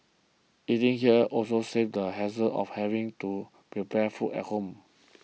eating here also saves the hassle of having to prepare food at home